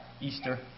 Easter